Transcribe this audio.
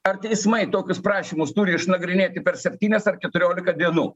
ar teismai tokius prašymus turi išnagrinėti per septynias ar keturiolika dienų